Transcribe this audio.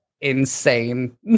insane